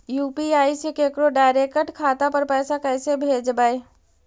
UPI से केकरो direct खाता पर पैसा कैसे भेजबै?